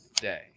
day